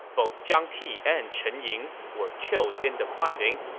both zhang ti and chen ying were killed in the fighting,